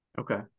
Okay